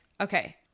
okay